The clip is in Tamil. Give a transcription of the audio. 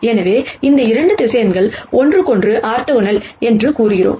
எனவே இந்த 2 வெக்டர் ஒன்றுக்கொன்று ஆர்த்தோகனல் என்று கூறுகிறோம்